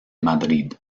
madrid